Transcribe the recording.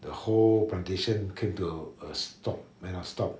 the whole plantation came to a a stop ya lah stop